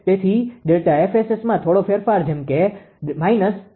તેથી ΔFSSમાં થોડો ફેરફાર જેમ કે 0